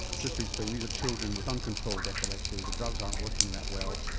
just to explain, these are children with uncontrolled epilepsy, the drugs aren't working that well,